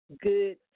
good